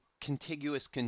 contiguous